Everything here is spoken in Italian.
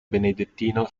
benedettino